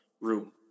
room